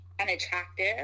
unattractive